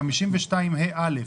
הצבעה ההסתייגות לא אושרה.